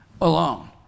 alone